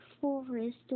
forest